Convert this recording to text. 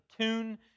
tune